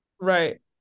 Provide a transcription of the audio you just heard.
Right